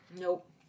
Nope